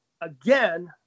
again